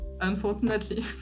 unfortunately